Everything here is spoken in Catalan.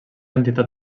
entitat